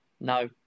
No